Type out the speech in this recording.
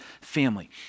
family